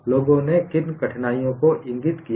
लोगों ने किन कठिनाइयों को इंगित किया है